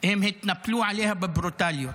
הם התנפלו עליה בברוטליות.